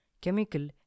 chemical